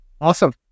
awesome